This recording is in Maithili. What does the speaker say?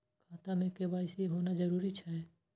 खाता में के.वाई.सी होना जरूरी छै?